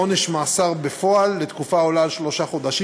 לעונש מאסר בפועל לתקופה העולה על שלושה חודשים,